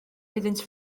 iddynt